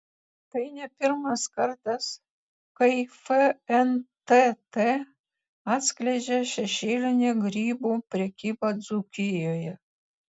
tai ne pirmas kartas kai fntt atskleidžia šešėlinę grybų prekybą dzūkijoje